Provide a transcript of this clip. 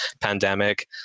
pandemic